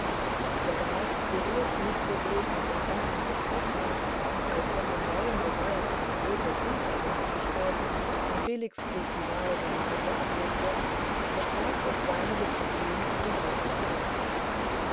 der graf gerührt nicht sowohl von der handlung des hauptmanns als von dem neuen beweis einer edlen uneigennützigkeit den felix durch die wahl seiner bitte ablegte versprach das seinige zu tun um den räuber zu retten